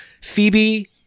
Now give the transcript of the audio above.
Phoebe